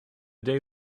day